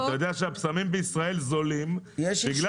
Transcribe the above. אתה יודע שהבשמים בישראל זולים בגלל